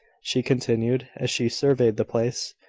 she continued, as she surveyed the place.